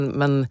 men